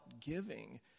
giving